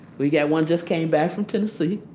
we got one just came back from tennessee.